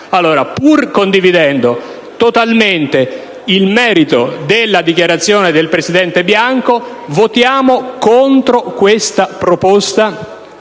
Allora, pur condividendo totalmente il merito della dichiarazione del presidente Bianco, votiamo contro questa proposta.